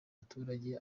baturage